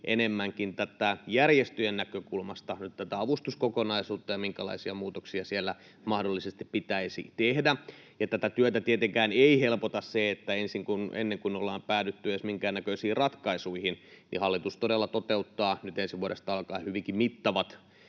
enemmänkin järjestöjen näkökulmasta nyt tätä avustuskokonaisuutta ja sitä, minkälaisia muutoksia siellä mahdollisesti pitäisi tehdä. Tätä työtä tietenkään ei helpota se, että ennen kuin ollaan päädytty edes minkäännäköisiin ratkaisuihin, niin hallitus todella toteuttaa nyt ensi vuodesta alkaen hyvinkin mittavat